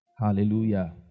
Hallelujah